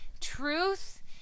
truth